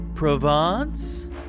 Provence